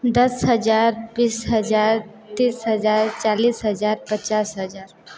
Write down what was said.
दस हज़ार बीस हज़ार तीस हज़ार चालीस हज़ार पचास हज़ार